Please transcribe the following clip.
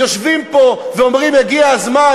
יושבים פה ואומרים: הגיע הזמן.